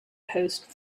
post